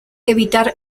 evitar